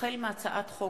החל מהצעת חוק